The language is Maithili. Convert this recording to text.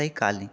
आइकाल्हि